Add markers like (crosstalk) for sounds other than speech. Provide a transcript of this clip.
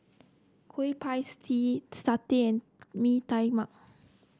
Kueh Pie (unintelligible) Tee satay and Mee Tai Mak